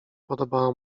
podobała